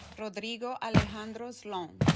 rodrigo alejandro slone